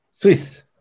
swiss